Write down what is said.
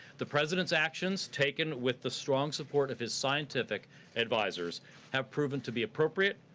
the president's actions taken with the strong support of his scientific advisers have proven to be appropriate,